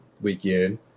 Weekend